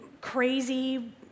crazy